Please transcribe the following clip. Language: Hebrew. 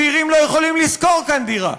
צעירים לא יכולים לשכור כאן דירה.